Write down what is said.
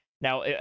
Now